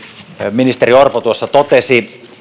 ministeri orpo tuossa totesi